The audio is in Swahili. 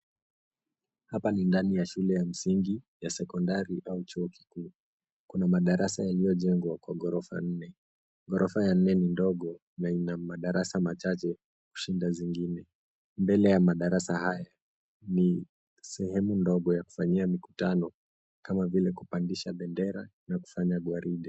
Hapa ni ndani ya shule ya msingi, ya sekondari, au chuo kikuu. Kuna madarasa yaliojengwa kwa ghorofa nne. Ghorofa ya nne ni ndogo, na ina madarasa machache kushinda zingine. Mbele ya madarasa hayo, ni sehemu ndogo ya kufanyia mikutano, kama vile kupandisha bendera, na kufanya gwaride.